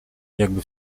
jakby